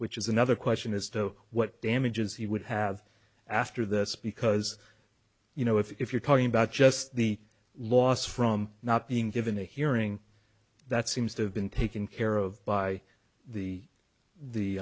which is another question as to what damages he would have after this because you know if you're talking about just the loss from not being given a hearing that seems to have been taken care of by the the